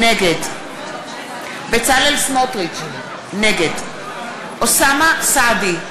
נגד בצלאל סמוטריץ, נגד אוסאמה סעדי,